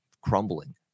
crumbling